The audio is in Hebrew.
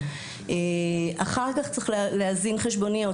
אחר כך צריך להזין חשבוניות,